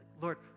Lord